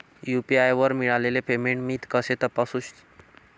UPI वर मिळालेले payment मी कसे तपासू?